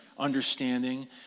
understanding